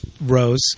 Rose